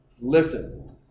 Listen